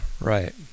right